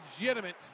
legitimate